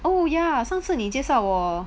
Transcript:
oh yeah 上次你介绍我